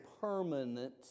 permanent